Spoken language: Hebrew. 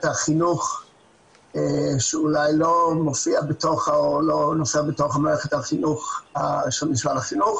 החינוך שאולי לא נופלת בתוך מערכת החינוך של משרד החינוך.